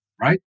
Right